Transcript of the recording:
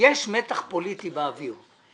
יש מתח פוליטי באוויר.